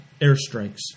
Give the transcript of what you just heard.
airstrikes